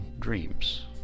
dreams